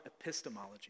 epistemology